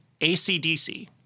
ACDC